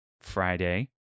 Friday